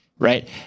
Right